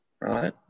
right